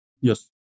Yes